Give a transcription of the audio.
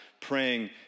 praying